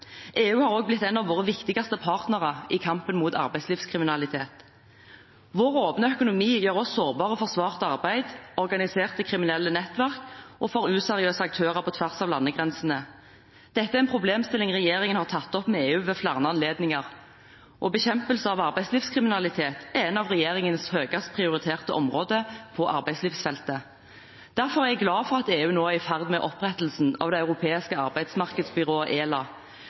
EU har også blitt en av våre viktigste partnere i kampen mot arbeidslivskriminalitet. Vår åpne økonomi gjør oss sårbare for svart arbeid, organiserte kriminelle nettverk og for useriøse aktører på tvers av landegrensene. Dette er en problemstilling regjeringen har tatt opp med EU ved flere anledninger. Bekjempelse av arbeidslivskriminalitet er en av regjeringens høyest prioriterte områder på arbeidslivsfeltet. Derfor er jeg glad for at EU nå er i ferd med opprettelsen av det europeiske arbeidsmarkedsbyrået, ELA.